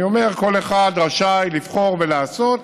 אני אומר שכל אחד רשאי לבחור לעשות,